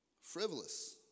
Frivolous